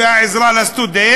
ועל העזרה לסטודנט,